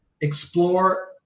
explore